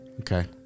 Okay